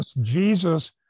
jesus